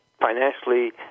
financially